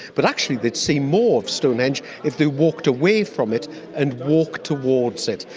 but actually they'd see more of stonehenge if they walked away from it and walked towards it.